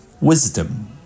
wisdom